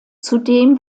zudem